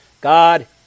God